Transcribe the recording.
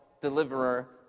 deliverer